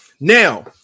now